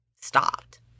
stopped